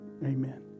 amen